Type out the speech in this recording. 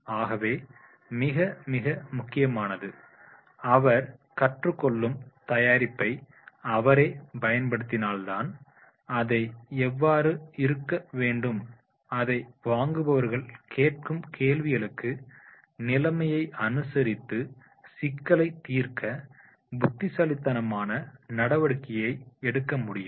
ஆகவே மிக மிக முக்கியமானது அவர் கற்றுக் கொள்ளும் தயாரிப்பை அவரே பயன்படுத்தினால்தான் அதை எவ்வாறு இருக்க வேண்டும் அதை வாங்குபவர்கள் கேட்கும் கேள்விகளுக்கு நிலமையை அனுசரித்து சிக்கலைத் தீர்க்க புத்திசாலித்தனமான நடவடிக்கையை எடுக்க முடியும்